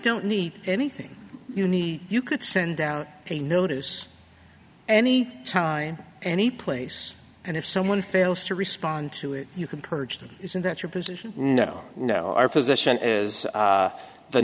don't need anything you need you could send out a notice any time any place and if someone fails to respond to it you can purge them isn't that your position no no our position is